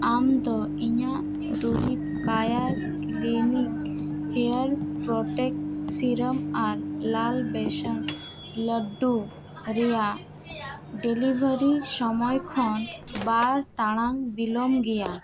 ᱟᱢᱫᱚ ᱤᱧᱟᱹᱜ ᱫᱩᱨᱤᱵᱽ ᱠᱟᱭᱟ ᱠᱞᱤᱱᱤᱠ ᱦᱮᱭᱟᱨ ᱯᱨᱳᱴᱮᱠᱴ ᱥᱮᱨᱟᱢ ᱟᱨ ᱞᱟᱞ ᱵᱮᱥᱚᱱ ᱞᱟᱰᱰᱩ ᱨᱮᱱᱟᱜ ᱰᱮᱞᱤᱵᱷᱟᱨᱤ ᱥᱚᱢᱚᱭ ᱠᱷᱚᱱ ᱵᱟᱨ ᱴᱟᱲᱟᱝ ᱵᱤᱞᱚᱢ ᱜᱮᱭᱟ